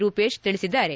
ರೂಪೇಶ್ ತಿಳಿಸಿದ್ದಾರೆ